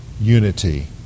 unity